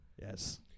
Yes